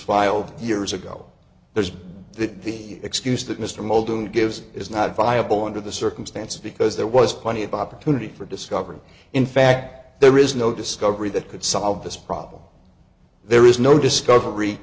filed years ago there's the excuse that mr molder and gives is not viable under the circumstances because there was plenty of opportunity for discovery in fact there is no discovery that could solve this problem there is no discovery